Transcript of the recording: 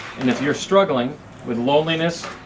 and if you're struggling with loneliness,